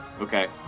Okay